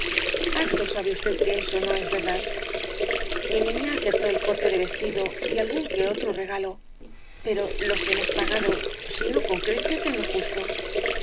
harto sabe usted que eso no es verdad mi ni ña aceptó el corte de vestido y algún que otro re galo pero los hemos pagado si no con creces en lo justo